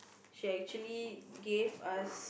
she actually gave us